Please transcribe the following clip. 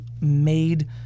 made